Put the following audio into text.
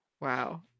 wow